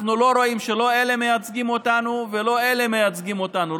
אנחנו רואים שלא אלה מייצגים אותנו ולא אלה מייצגים אותנו.